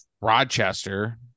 Rochester